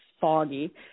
foggy